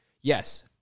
yes